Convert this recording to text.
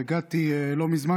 הגעתי לא מזמן,